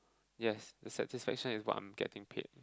yes the satisfaction is what I'm getting paid